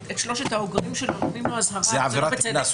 יש לו הזדמנות --- כן,